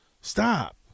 Stop